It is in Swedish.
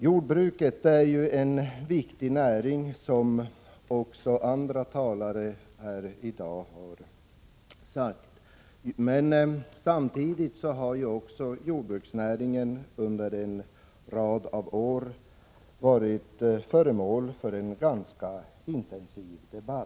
Jordbruket är en viktig näring, som också andra talare har sagt i dag, och jordbruksnäringen har under en rad av år varit föremål för en ganska intensiv debatt.